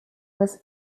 was